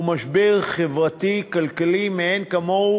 הוא משבר חברתי-כלכלי מאין כמוהו,